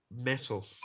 metal